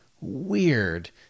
weird